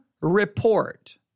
report